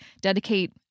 dedicate